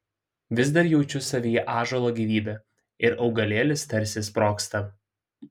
vis dar jaučiu savyje ąžuolo gyvybę ir augalėlis tarsi sprogsta